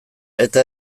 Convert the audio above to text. eta